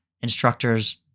Instructors